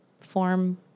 form